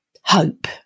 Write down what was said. hope